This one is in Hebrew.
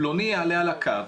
פלוני יעלה על הקו,